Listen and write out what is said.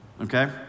okay